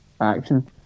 action